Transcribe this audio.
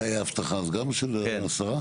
זה היה הבטחה אז של השרה?